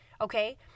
Okay